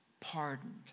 pardoned